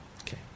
Okay